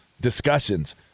discussions